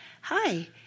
Hi